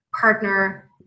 partner